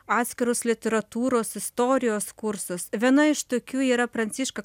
atskirus literatūros istorijos kursus viena iš tokių yra pranciška